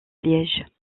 liège